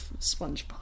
Spongebob